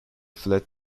fled